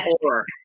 horror